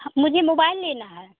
मुझे मोबाइल लेना है